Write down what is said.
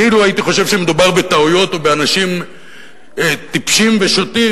אילו הייתי חושב שמדובר בטעויות או באנשים טיפשים ושוטים,